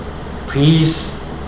please